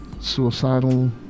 suicidal